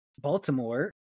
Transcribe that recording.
Baltimore